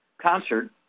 concert